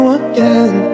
again